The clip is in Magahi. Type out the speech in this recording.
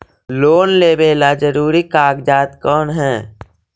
लोन लेब ला जरूरी कागजात कोन है?